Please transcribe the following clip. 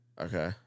Okay